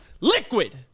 liquid